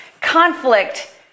conflict